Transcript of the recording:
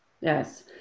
Yes